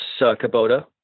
Kubota